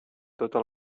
tota